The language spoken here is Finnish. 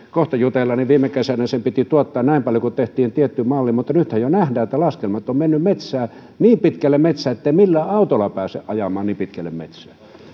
kohta jutellaan viime kesänä sen piti tuottaa näin paljon kun tehtiin tietty malli mutta nythän jo nähdään että laskelmat ovat menneet metsään niin pitkälle metsään ettei millään autolla pääse ajamaan niin pitkälle metsään